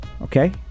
Okay